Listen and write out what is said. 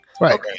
Right